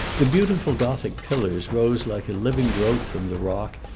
the beautiful gothic pillars rose like a living growth from the rock,